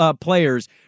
players